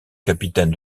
capitaine